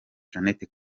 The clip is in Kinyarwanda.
jeannette